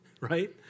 right